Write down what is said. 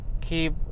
keep